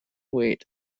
wait